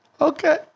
okay